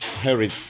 hurry